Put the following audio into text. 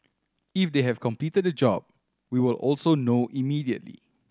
if they have completed the job we will also know immediately